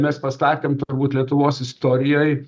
mes pastatėm turbūt lietuvos istorijoj